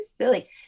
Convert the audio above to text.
silly